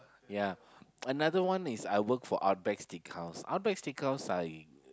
ya another one is I work for Outback-Steakhouse I